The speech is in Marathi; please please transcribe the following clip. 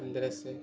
पंधराशे